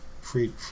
free